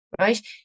Right